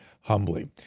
humbly